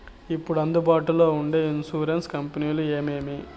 ఇప్పుడు అందుబాటులో ఉండే ఇన్సూరెన్సు కంపెనీలు ఏమేమి?